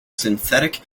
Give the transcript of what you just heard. synthetic